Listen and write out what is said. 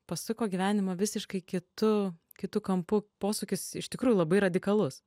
pasuko gyvenimą visiškai kitu kitu kampu posūkis iš tikrųjų labai radikalus